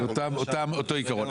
אותו עיקרון.